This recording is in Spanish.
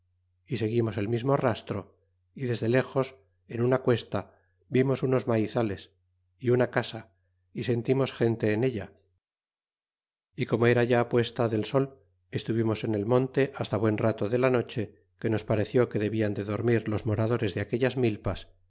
y seguimos el mismo rastro y desde lexos en una cuesta vimos unos maizales y una casa y sentimos gente en ella y como era ya puesta del sol estuvimos en el monte hasta buen rato de la noche que nos pareció que debian de dormir los moradores de aquellas milpas